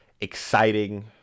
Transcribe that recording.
exciting